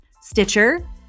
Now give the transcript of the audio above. Stitcher